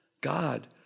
God